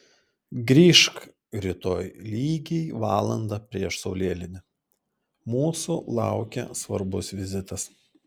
grįžk rytoj lygiai valandą prieš saulėlydį mūsų laukia svarbus vizitas